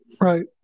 Right